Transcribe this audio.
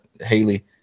Haley